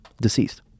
deceased